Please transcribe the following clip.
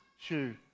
shoe